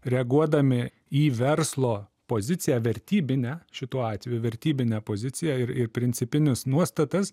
reaguodami į verslo poziciją vertybinę šituo atveju vertybinę poziciją ir ir principinius nuostatas